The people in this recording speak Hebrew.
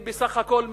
בסך הכול מצטבר.